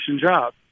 job